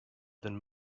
than